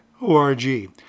org